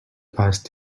asked